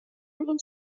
این